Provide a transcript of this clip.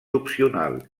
opcional